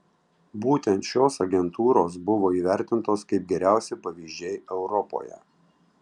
būtent šios agentūros buvo įvertintos kaip geriausi pavyzdžiai europoje